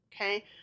Okay